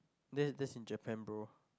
that that is in Japan bro